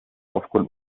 aufgrund